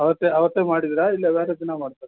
ಅವತ್ತೇ ಅವತ್ತೇ ಮಾಡಿದೀರಾ ಇಲ್ಲ ಬೇರೆ ದಿನ ಮಾಡ್ತಾರೆ